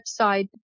website